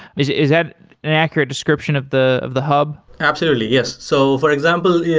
is is that an accurate description of the of the hub? absolutely. yes. so for example, yeah